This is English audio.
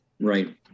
right